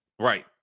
Right